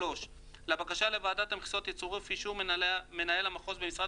לבקשה לוועדת המכסות יצורף אישור מנהל המחוז במשרד